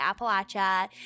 Appalachia